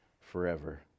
forever